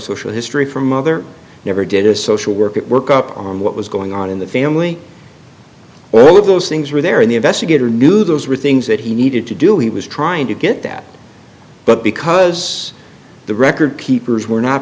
social history for mother never did a social work at work up on what was going on in the family well all of those things were there in the investigator knew those were things that he needed to do he was trying to get that but because the record keepers were not